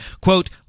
Quote